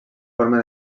forma